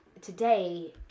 today